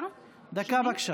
דקה, בבקשה.